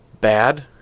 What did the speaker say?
bad